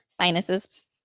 sinuses